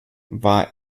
war